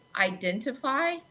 identify